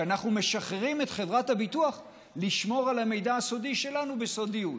שאנחנו משחררים את חברת הביטוח מלשמור על המידע הסודי שלנו בסודיות,